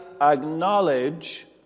acknowledge